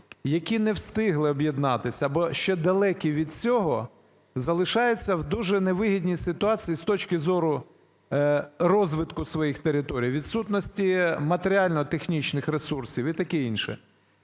які не встигли об'єднатися або ще далекі від цього, залишаються в дуже невигідній ситуації з точки зору розвитку своїх територій, відсутності матеріально-технічних ресурсів і таке інше.